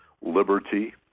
liberty